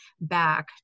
back